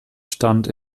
stand